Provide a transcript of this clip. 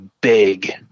big